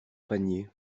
panier